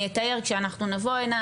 אני אתאר כשאנחנו נבוא הנה,